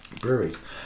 breweries